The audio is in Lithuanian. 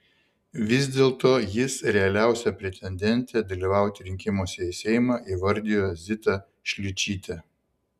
vis dėlto jis realiausia pretendente dalyvauti rinkimuose į seimą įvardijo zitą šličytę